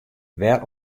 wêr